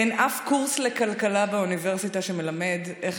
אין אף קורס לכלכלה באוניברסיטה שמלמד איך